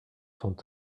sont